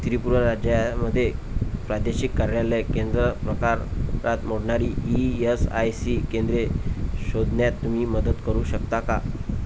त्रिपुरा राज्यामध्ये प्रादेशिक कार्यालय केंद्र प्रकार रात मोडणारी ई एस आय सी केंद्रे शोधण्यात तुम्ही मदत करू शकता का